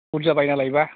बुरजा बायनानै लायोब्ला